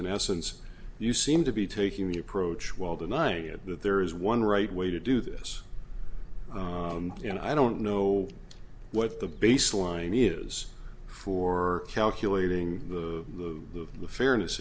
in essence you seem to be taking the approach while denying that there is one right way to do this and i don't know what the baseline use for calculating the fairness